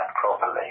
properly